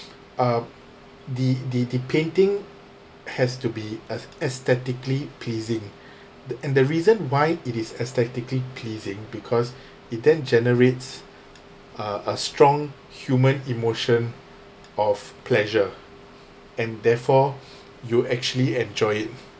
uh the the painting has to be as aesthetically pleasing the and the reason why it is aesthetically pleasing because it then generates a a strong human emotion of pleasure and therefore you actually enjoy it